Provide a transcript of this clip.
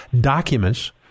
documents—